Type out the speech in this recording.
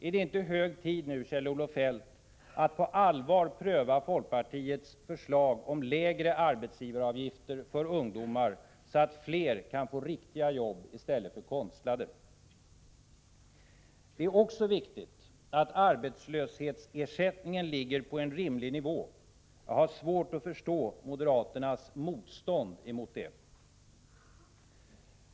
Är det inte hög tid nu, Kjell-Olof Feldt, att på allvar pröva folkpartiets förslag om lägre arbetsgivaravgifter för ungdomar, så att fler kan få riktiga jobb i stället för konstlade? Det är också viktigt att arbetslöshetsersättningen ligger på en rimlig nivå. Jag har svårt att förstå moderaternas motstånd mot detta.